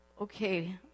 okay